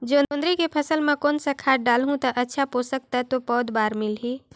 जोंदरी के फसल मां कोन सा खाद डालहु ता अच्छा पोषक तत्व पौध बार मिलही?